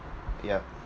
yeah